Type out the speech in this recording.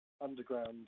underground